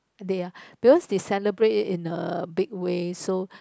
they are because they celebrate in a big way so